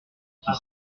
qui